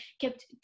kept